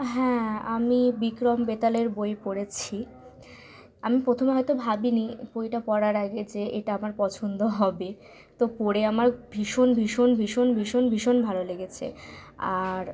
হ্যাঁ আমি বিক্রম বেতালের বই পড়েছি আমি প্রথমে হয়তো ভাবি নি বইটা পড়ার আগে যে এটা আমার পছন্দ হবে তো পড়ে আমার ভীষণ ভীষণ ভীষণ ভীষণ ভীষণ ভালো লেগেছে আর